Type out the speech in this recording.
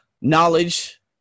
knowledge